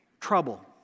trouble